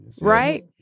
right